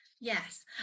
yes